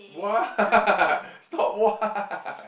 what stop what